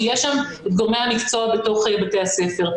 שיהיו שם גורמי המקצוע בתוך בתי הספר.